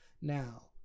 Now